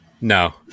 No